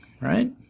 right